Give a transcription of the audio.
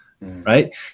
right